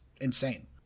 insane